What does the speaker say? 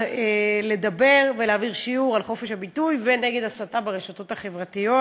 לדבר ולהעביר שיעור על חופש הביטוי ונגד ההסתה ברשתות החברתיות.